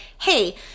hey